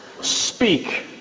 speak